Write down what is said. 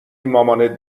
مامانت